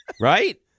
Right